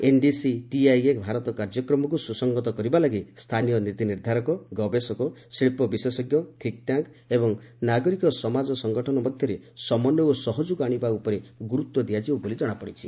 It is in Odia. ଏନ୍ଡିଜି ଟିଆଇଏ ଭାରତ କାର୍ଯ୍ୟକ୍ରମକୁ ସୁସଂହତ କରିବା ଲାଗି ସ୍ଥାନୀୟ ନୀତି ନିର୍ଦ୍ଧାରକ ଗବେଷକ ଶିଳ୍ପ ବିଶେଷଜ୍ଞ ଥିଙ୍କ୍ ଟ୍ୟାଙ୍କ୍ ଏବଂ ନାଗରିକ ସମାଜ ସଙ୍ଗଠନ ମଧ୍ୟରେ ସମନ୍ୱୟ ଓ ସହଯୋଗ ଅଶାଯିବା ଉପରେ ଗୁରୁତ୍ୱ ଦିଆଯିବ ବୋଲି ଜଣାପଡ଼ିଛି